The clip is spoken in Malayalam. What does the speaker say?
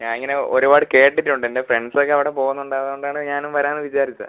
ഞാൻ ഇങ്ങനെ ഒരുപാട് കേട്ടിട്ടുണ്ട് എൻ്റെ ഫ്രണ്ട്സൊക്കെ അവിടെ പോവുന്നുണ്ട് അതുകൊണ്ടാണ് ഞാനും വരാമെന്ന് വിചാരിച്ചത്